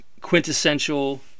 quintessential